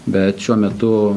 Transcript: bet šiuo metu